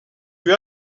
fut